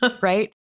right